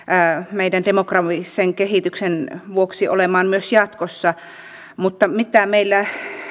meidän demografisen kehityksen vuoksi olemaan myös jatkossa mutta se mitä meillä